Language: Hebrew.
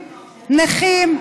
נכים.